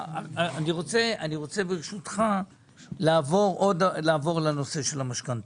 אני רוצה לעבור לנושא המשכנתאות.